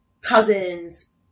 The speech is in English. cousins